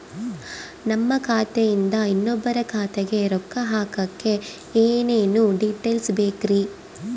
ನಮ್ಮ ಖಾತೆಯಿಂದ ಇನ್ನೊಬ್ಬರ ಖಾತೆಗೆ ರೊಕ್ಕ ಹಾಕಕ್ಕೆ ಏನೇನು ಡೇಟೇಲ್ಸ್ ಬೇಕರಿ?